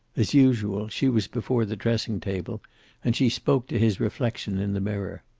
as usual, she was before the dressing-table, and she spoke to his reflection in the mirror.